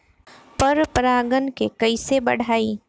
पर परा गण के कईसे बढ़ाई?